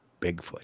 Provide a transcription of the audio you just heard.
Bigfoot